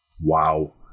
Wow